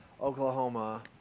Oklahoma